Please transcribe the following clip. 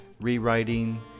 rewriting